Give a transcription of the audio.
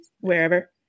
wherever